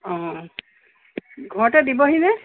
অঁ ঘৰতে দিবহিনে